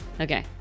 Okay